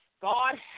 God